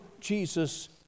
Jesus